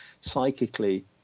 psychically